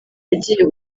agiye